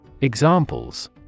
Examples